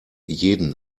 jeden